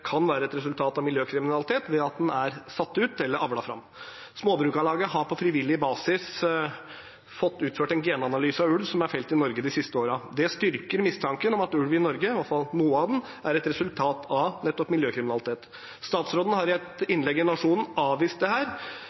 kan være et resultat av miljøkriminalitet ved at den er satt ut eller avlet fram. Småbrukarlaget har på frivillig basis fått utført en genanalyse av ulv som er felt i Norge de siste årene. Det styrker mistanken om at ulv i Norge, i hvert fall noe av den, er et resultat av nettopp miljøkriminalitet. Statsråden har i et innlegg i Nationen avvist dette. Men ville det